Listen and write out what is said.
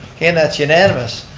and that's unanimous.